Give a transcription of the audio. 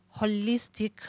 holistic